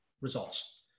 results